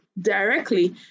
directly